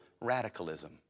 radicalism